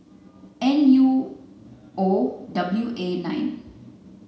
N U O W A nine